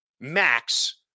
Max